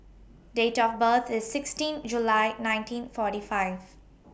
Date of birth IS sixteen July nineteen forty five